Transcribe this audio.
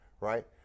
right